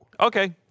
Okay